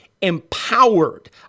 empowered